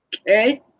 Okay